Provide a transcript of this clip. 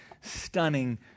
stunning